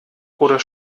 oder